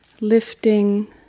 lifting